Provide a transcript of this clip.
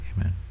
Amen